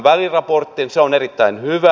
se on erittäin hyvä